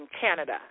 Canada